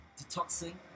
detoxing